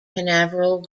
canaveral